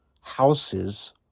houses